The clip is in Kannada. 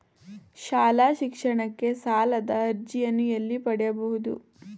ಶಾಲಾ ಶಿಕ್ಷಣಕ್ಕೆ ಸಾಲದ ಅರ್ಜಿಯನ್ನು ಎಲ್ಲಿ ಪಡೆಯಬಹುದು?